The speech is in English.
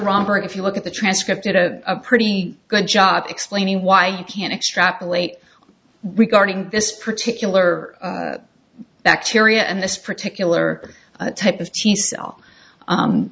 romper if you look at the transcript at a pretty good job explaining why you can't extrapolate regarding this particular bacteria and this particular type of